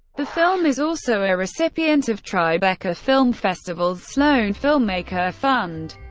the film is also a recipient of tribeca film festival's sloan filmmaker fund,